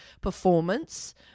performance